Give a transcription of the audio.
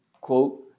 quote